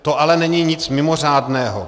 To ale není nic mimořádného.